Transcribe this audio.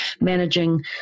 managing